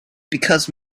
because